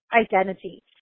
identity